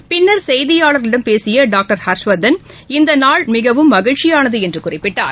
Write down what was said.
மிகவும் பின்னர் செய்தியாளர்களிடம் பேசியடாக்டர் ஹர்ஷ்வர்தன் இந்தநாள் மகிழ்ச்சியானதுஎன்றுகுறிப்பிட்டார்